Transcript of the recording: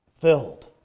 filled